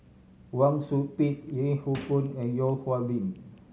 Wang Sui Pick Yeo Hoe Koon and Yeo Hwee Bin